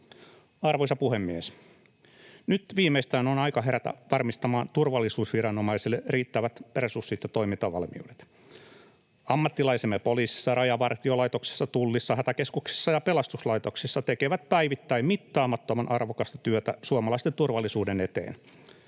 Arvoisa puhemies! Nyt viimeistään on aika herätä varmistamaan turvallisuusviranomaisille riittävät resurssit ja toimintavalmiudet. Ammattilaisemme poliisissa, Rajavartiolaitoksessa, Tullissa, hätäkeskuksissa ja pelastuslaitoksissa tekevät päivittäin mittaamattoman arvokasta työtä suomalaisten turvallisuuden eteen.